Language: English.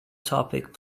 topic